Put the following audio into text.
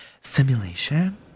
simulation